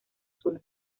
sur